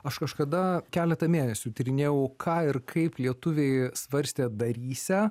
aš kažkada keletą mėnesių tyrinėjau ką ir kaip lietuviai svarstė darysią